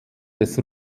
des